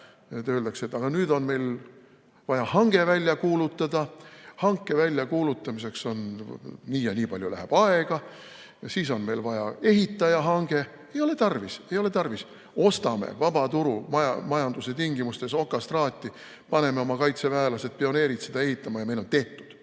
aga nüüd on meil vaja hange välja kuulutada, hanke väljakuulutamiseks läheb nii ja nii palju aega, siis on meil vaja ehitaja hanget ... Ei ole tarvis! Ei ole tarvis! Ostame vabaturumajanduse tingimustes okastraati, paneme oma kaitseväelastest pioneerid seda ehitama, ja meil on see tehtud.